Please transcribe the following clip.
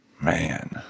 Man